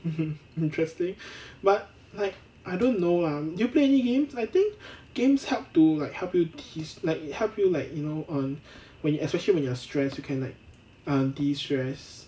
mmhmm interesting but like I don't know um do you play any games I think games help to like help you kis~ like help you like you know um when you especially when you're stress you can like um destress